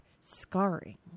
scarring